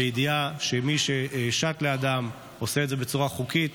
בידיעה שמי ששט לידם עושה את זה בצורה חוקית,